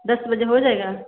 दस बजे हो जाएगा